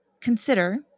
Consider